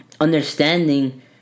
understanding